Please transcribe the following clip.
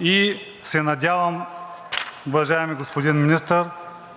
И се надявам, уважаеми господин Министър,